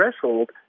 threshold